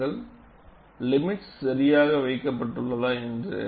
பாருங்கள் லிமிட்ஸ் சரியாக வைக்கப்பட்டுள்ளதா என்று